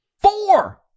Four